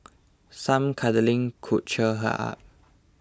some cuddling could cheer her up